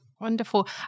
Wonderful